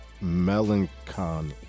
Melancholy